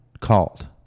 called